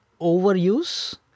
overuse